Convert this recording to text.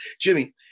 Jimmy